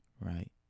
right